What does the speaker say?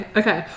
okay